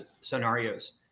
scenarios